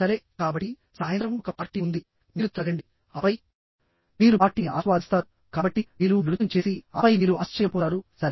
సరే కాబట్టి సాయంత్రం ఒక పార్టీ ఉంది మీరు త్రాగండిఆపై మీరు పార్టీని ఆస్వాదిస్తారు కాబట్టి మీరు నృత్యం చేసి ఆపై మీరు ఆశ్చర్యపోతారు సరే